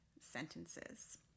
sentences